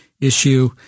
issue